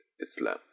Islam